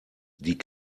die